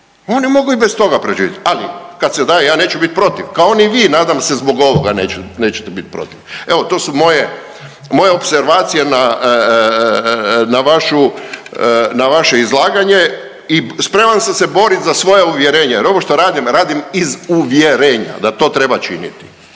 Oni mogu i bez toga preživjeti, ali kad se daje, ja neću biti protiv kao ni vi nadam se zbog ovoga nećete biti protiv. Evo to su moje, moje opservacije na, na vašu, na vaše izlaganje i spreman sam se boriti za svoja uvjerenja jer ovo što radim radim iz uvjerenja da to treba činiti.